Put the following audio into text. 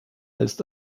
ist